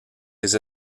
les